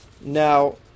Now